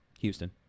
Houston